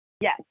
Yes